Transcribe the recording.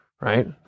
right